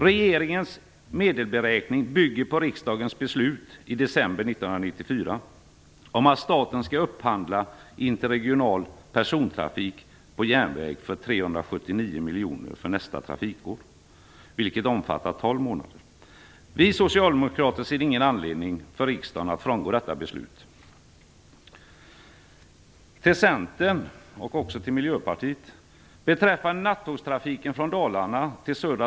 Regeringens medelsberäkning bygger på riksdagens beslut i december 1994 om att staten skall upphandla interregional persontrafik på järnväg för 379 miljoner för nästa trafikår, vilket omfattar tolv månader. Vi socialdemokrater ser ingen anledning för riksdagen att frångå detta beslut. Jag vill vända mig till Centern och Miljöpartiet.